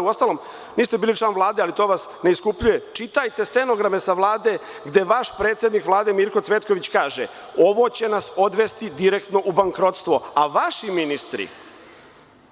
Uostalom, niste bili član Vlade, ali to vas ne iskupljuje, čitajte stenograme sa Vlade, gde vaš predsednik Vlade Mirko Cvetković kaže – ovo će nas odvesti direktno u bankrotstvo, a vaši ministri